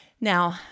Now